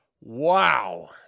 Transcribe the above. Wow